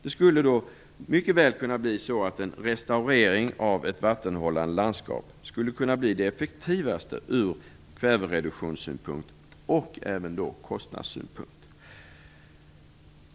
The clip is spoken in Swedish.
Det skulle då mycket väl kunna bli så, att en restaurering av ett vattenhållande landskap skulle kunna bli det effektivaste från kvävereduktionssynpunkt och även från kostnadssynpunkt.